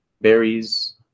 berries